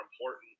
important